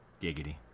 Giggity